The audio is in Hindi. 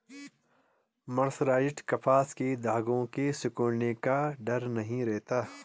मर्सराइज्ड कपास के धागों के सिकुड़ने का डर नहीं रहता